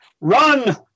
Run